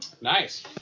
nice